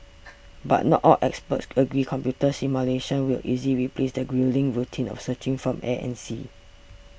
but not all experts agree computer simulations will easily replace the gruelling routine of searching from air and sea